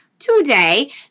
today